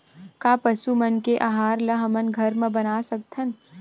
का पशु मन के आहार ला हमन घर मा बना सकथन?